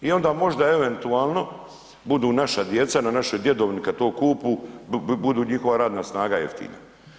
I onda možda eventualno budu naša djeca na našoj djedovini kad to kupu budu njihova radna snaga jeftina.